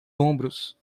ombros